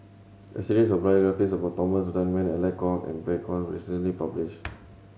a series of biographies about Thomas Dunman Alec Kuok and Bey Hua Heng was recently published